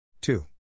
Two